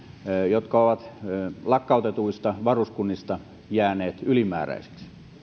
jotka ovat lakkautetuista varuskunnista jääneet ylimääräisiksi